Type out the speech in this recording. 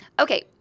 Okay